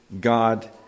God